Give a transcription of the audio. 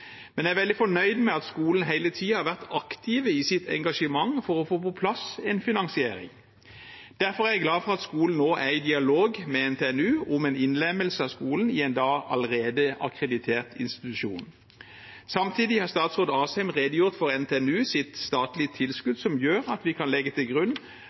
men jeg er veldig fornøyd med at skolen hele tiden har vært aktiv i sitt engasjement for å få på plass en finansiering. Derfor er jeg glad for at skolen nå er i dialog med NTNU om en innlemmelse av skolen i en da allerede akkreditert institusjon. Samtidig har statsråd Asheim redegjort for NTNUs statlige tilskudd som gjør at vi kan legge til grunn